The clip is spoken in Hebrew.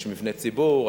יש מבני ציבור,